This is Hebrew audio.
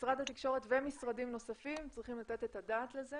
שמשרד התקשורת ומשרדים נוספים צריכים לתת את הדעת על זה